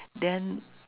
then